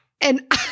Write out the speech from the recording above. And-